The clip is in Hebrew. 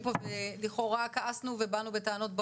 פה ולכאורה "כעסנו" ובאנו בטענות כלפיהם.